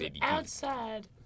outside